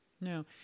No